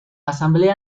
asamblea